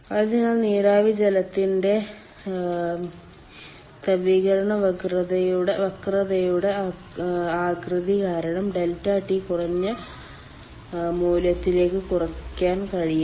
അതിനാൽ നീരാവി ജലത്തിന്റെ തപീകരണ വക്രതയുടെ ആകൃതി കാരണം ∆T കുറഞ്ഞ മൂല്യത്തിലേക്ക് കുറയ്ക്കാൻ കഴിയില്ല